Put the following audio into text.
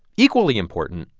equally important,